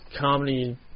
comedy